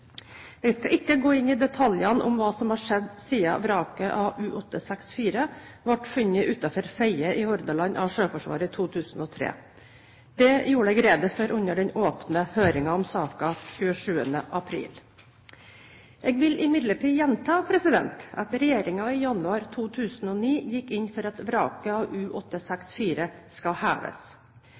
Jeg skal ikke gå inn i detaljene om hva som har skjedd siden vraket av U-864 ble funnet utenfor Fedje i Hordaland av Sjøforsvaret i 2003. Det gjorde jeg rede for under den åpne høringen om saken 27. april. Jeg vil imidlertid gjenta at regjeringen i januar 2009 gikk inn for at vraket av